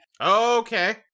okay